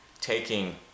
taking